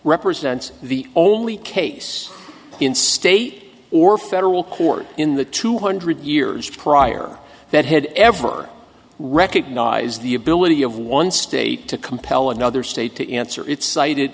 represents the only case in state or federal court in the two hundred years prior that had ever recognized the ability of one state to compel another state to answer it cited